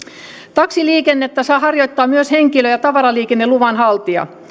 taksiliikennettä saa harjoittaa myös henkilö ja tavaraliikenneluvan haltija